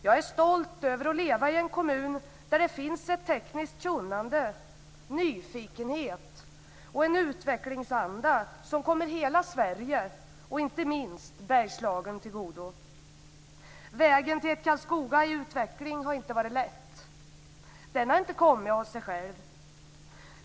Jag är stolt över att leva i en kommun där det finns ett tekniskt kunnande, en nyfikenhet och en utvecklingsanda som kommer hela Sverige, och inte minst Bergslagen, till godo. Vägen till ett Karlskoga i utveckling har inte varit lätt. Den har inte kommit av sig själv.